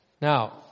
Now